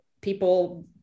people